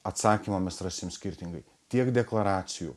atsakymą mes rasim skirtingai tiek deklaracijų